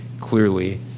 clearly